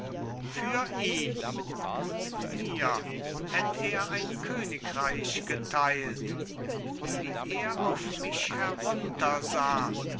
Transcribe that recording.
für ihn mit mir hätt er ein königreich geteilt wie er auf mich heruntersah